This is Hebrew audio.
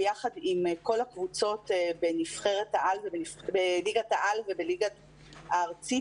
יחד עם כל הקבוצות בליגת העל ובליגה הארצית,